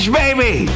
baby